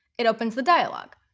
it opens the dialog.